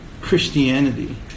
Christianity